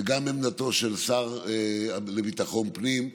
וגם עמדתו של השר לביטחון פנים,